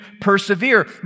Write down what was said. persevere